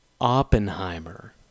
Oppenheimer